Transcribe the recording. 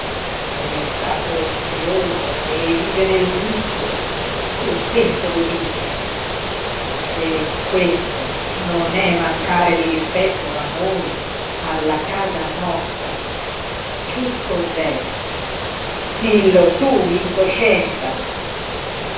ed è stato ozioso e vive nel vizio tu stesso lo dici se questo non è mancare di rispetto a noi alla casa nostra che cos'è dillo tu